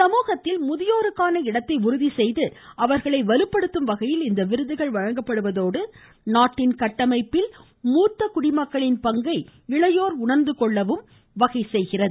சமூகத்தில் முதியோர்களுக்கான இடத்தை உறுதி செய்து அவர்களை வலுப்படுத்தும் வகையில் இந்த விருது வழங்கப்படுவதோடு நாட்டின் கட்டமைப்பில் மூத்த குடிமக்களின் பங்கை இளையோர் உண்ந்துகொள்ளவும் இது வகை செய்கிறது